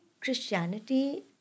Christianity